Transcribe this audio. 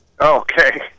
Okay